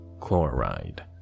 chloride